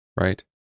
right